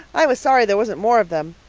i was sorry there wasn't more of them.